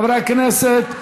חברי הכנסת,